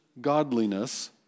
godliness